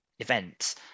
events